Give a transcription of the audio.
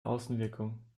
außenwirkung